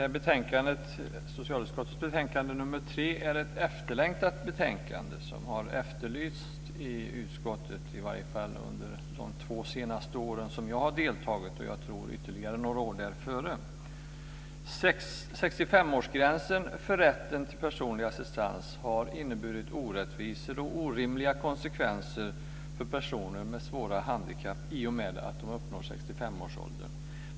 Fru talman! Socialutskottets betänkande nr 3 är ett efterlängtat betänkande, som har efterlysts i utskottet i varje fall under de två senaste åren, då jag har deltagit. Jag tror även att det varit så några år dessförinnan. Gränsen vid 65 år för rätten till personlig assistans har inneburit orättvisor och orimliga konsekvenser för personer med svåra handikapp i och med att de uppnår 65-årsåldern.